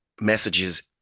messages